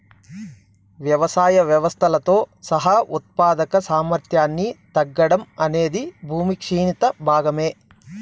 వ్యవసాయ వ్యవస్థలతో సహా ఉత్పాదక సామర్థ్యాన్ని తగ్గడం అనేది భూమి క్షీణత భాగమే